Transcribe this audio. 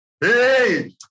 Hey